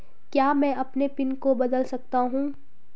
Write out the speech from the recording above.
क्या मैं अपने पिन को बदल सकता हूँ?